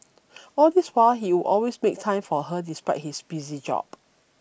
all this while he would always make time for her despite his busy job